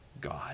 God